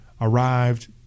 arrived